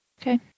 Okay